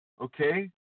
okay